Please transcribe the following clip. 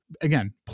Again